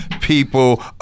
people